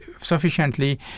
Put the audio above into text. sufficiently